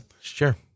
Sure